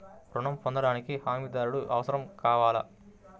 ఋణం పొందటానికి హమీదారుడు అవసరం కావాలా?